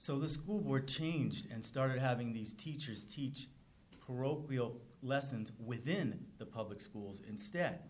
so the school were changed and started having these teachers teach parochial lessons within the public schools instead